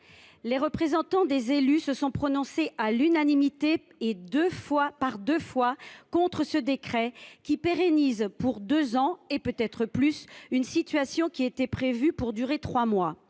Les représentants d’élus se sont prononcés à l’unanimité, et par deux fois, contre ce décret qui pérennise pour deux ans, et peut être plus, une situation prévue pour durer trois mois.